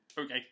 Okay